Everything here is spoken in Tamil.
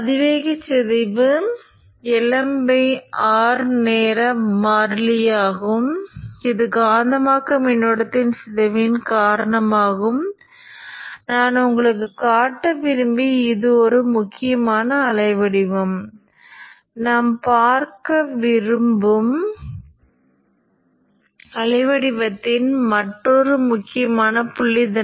பச்சைப் பகுதியுடன் கூடிய இந்த ஹாஷ் இங்கே ஃப்ரீவீலிங் ஆகும் நான் அதை Id என்று அழைக்கிறேன் மேலும் காந்தமாக்கும் பகுதி உண்மையில் Iq பகுதியில் சேர்க்கப்பட்டுள்ளது